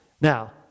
Now